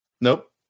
Nope